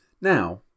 Now